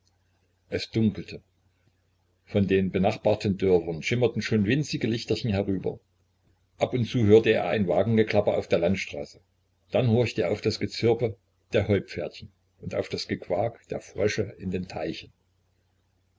es dunkelte von den benachbarten dörfern schimmerten schon winzige lichterchen herüber ab und zu hörte er ein wagengeklapper auf der landstraße dann horchte er auf das gezirpe der heupferdchen und auf das gequak der frösche in den teichen